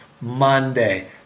Monday